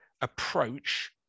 approach